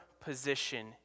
position